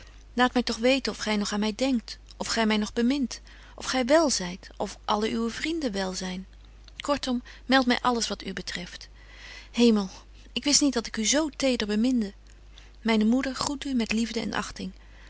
laat my toch weten of gy nog aan my denkt of gy my nog bemint of gy wél zyt of alle uwe vrienden wél zyn kortom meldt my alles wat u betreft hemel ik wist niet dat ik u z teder beminde myne moeder groet u met liefde en achting